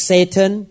Satan